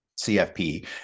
CFP